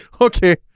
Okay